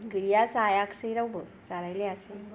गैया रावबो जालायनाय जायासै